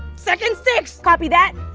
second sticks! copy that.